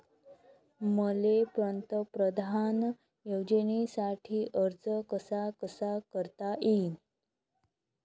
मले पंतप्रधान योजनेसाठी अर्ज कसा कसा करता येईन?